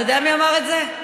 אתה יודע מי אמר את זה?